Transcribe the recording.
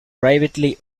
privately